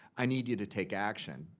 i need you to take action.